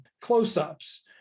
close-ups